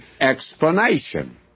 explanation